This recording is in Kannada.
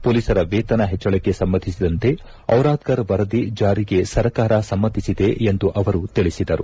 ಪೊಲೀಸರ ವೇತನ ಹೆಚ್ಚಳಕ್ಕೆ ಸಂಬಂಧಿಸಿದಂತೆ ಔರಾದ್ಧರ್ ವರದಿ ಜಾರಿಗೆ ಸರಕಾರ ಸಮ್ಮತಿಸಿದೆ ಎಂದು ಅವರು ತಿಳಿಸಿದರು